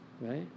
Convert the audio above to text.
right